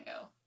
go